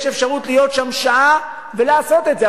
יש אפשרות להיות שם שעה ולעשות את זה.